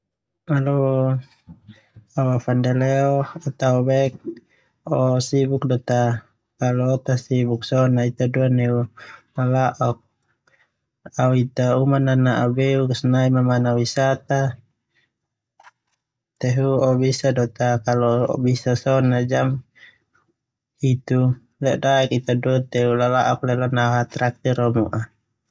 Hallo. Au afandele o? O tao bek? O sibuk do ta? Kalau o ta sibuk so na ita dua teu lala'ok. Au ita uma nana'ak beuk nai nai maman wisata kira-kira o bisa di ta kalau bisa so na jam hitu ita dua la'o leo.